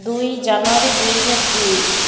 ଦୁଇ ଜାନୁଆରୀ ଦୁଇ ହଜାର ଦୁଇ